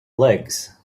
legs